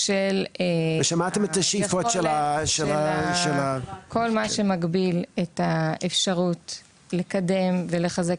ושמעתם את השאיפות של --- כל מה שמגביל את האפשרות לקדם ולחזק